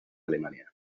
alemania